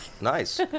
Nice